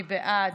מי בעד?